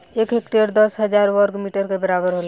एक हेक्टेयर दस हजार वर्ग मीटर के बराबर होला